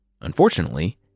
Unfortunately